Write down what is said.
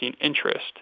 interest